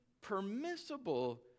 permissible